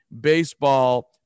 baseball